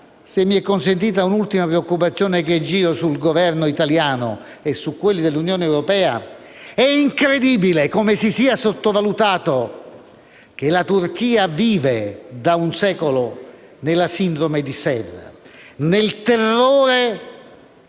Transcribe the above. Se mi è consentita una ultima preoccupazione, che giro al Governo italiano e a quelli dell'Unione europea, è incredibile come si sia sottovalutato che la Turchia viva da un secolo nella sindrome di Sèvres, nel terrore